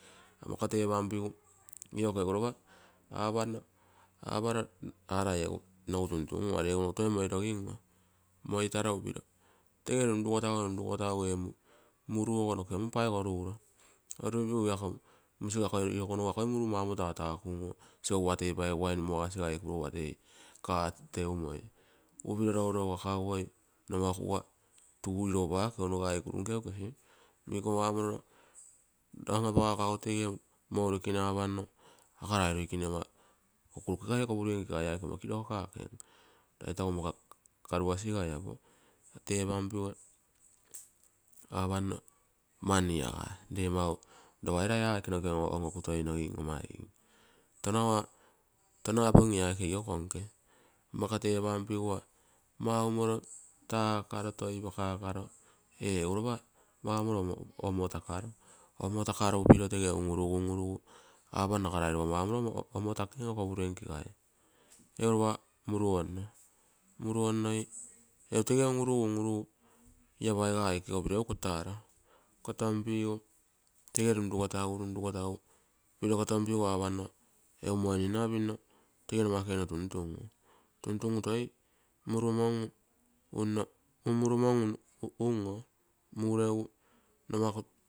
Mmako tepanpigu ioko egu iopa aparo aa rai egu tuntungua, moitaro piro. Moitaro egu tege runrugotagu, runrugotagu muru ogo noke ama paigu oruguro, oruguipigu igoko rugo egu igako musiga akoi muru maumonto tatakuguo sigo watei paigumagasigai, ee koro watei card reumoi magasi, upiro rourougakaguoi nomakuga iopa igakp tuu nkeu kesi, anapagakagu apanno aga rai loikene ama okurukegaie, kopurenkegai ee aike ama kirogakakem, rai tegu ama karugasigai. Tepanpigu apanno mani aga ree mau roba ee raiga aike noke on okutoinogim, oo tono appogim ee aike igokonke. Mmo ako tepanoigu ee egu roba tege un-urugu, un-urugu apanno aga rai roba maumoro omotakem kopure nkegai. Egu roba muruonno ee tege un-urugu, un-urugu lago paikaa egu kotaro. Kotopingu tege runrugotagui runrugotagu piro kotopipigu apanno egu moininna pinno tege numa kuge tuntungu, tuntungu to mureuhu munmungu unn oo, muregu unmake tapinolo.